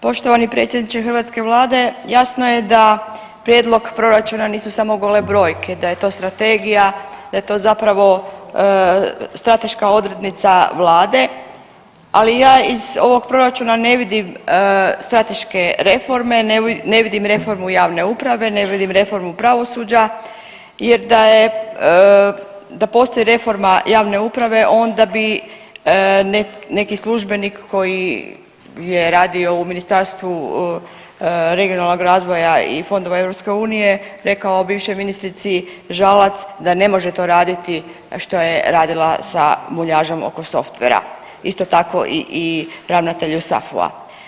Poštovani predsjedniče hrvatske vlade, jasno je da prijedlog proračuna nisu samo gole brojke, da je to strategija, da je to zapravo strateška odrednica vlade, ali ja iz ovog proračuna ne vidim strateške reforme, ne vidim reformu javne uprave, ne vidim reformu pravosuđa jer da postoji reforma javne uprave onda bi neki službenik koji je radio u Ministarstvu regionalnog razvoja i fondova EU rekao bivšoj ministrici Žalac da ne može to raditi što je radila sa muljažama oko softvera, isto tako i ravnatelju SAFU-a.